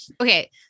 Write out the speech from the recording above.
Okay